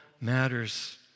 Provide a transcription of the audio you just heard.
matters